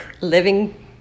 Living